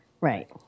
Right